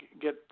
get